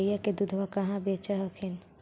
गईया के दूधबा कहा बेच हखिन?